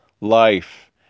life